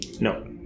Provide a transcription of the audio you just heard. No